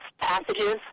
passages